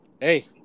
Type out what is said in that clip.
Hey